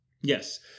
Yes